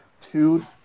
two